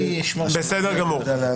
בסדר גמור.